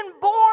born